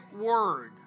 word